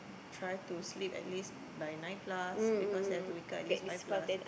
try to sleep at least by nine plus because you have to wake up at least five plus